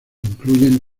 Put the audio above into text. incluyen